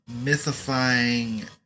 mythifying